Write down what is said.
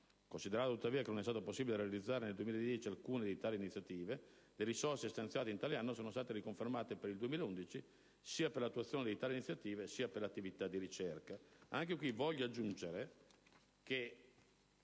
Considerato, tuttavia, che non è stato possibile realizzare nel 2010 alcuna di tali iniziative, le risorse stanziate in tale anno sono state riconfermate per l'anno 2011, sia per l'attuazione delle iniziative stesse sia per l'attività di ricerca.